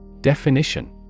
Definition